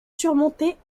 surmontés